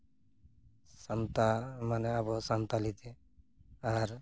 ᱥᱟᱱᱛᱟ ᱢᱟᱱᱮ ᱟᱵᱚ ᱥᱟᱱᱛᱟᱲᱤ ᱛᱮ ᱟᱨ